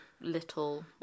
little